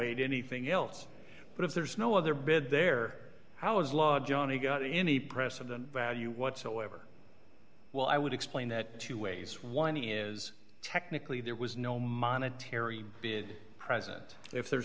valuate anything else but if there's no other bid there how is law johnny got any precedent value whatsoever well i would explain that two ways one is technically there was no monetary bid present if there's